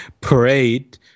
parade